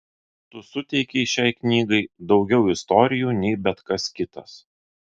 tu suteikei šiai knygai daugiau istorijų nei bet kas kitas